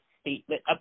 statement